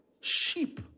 Sheep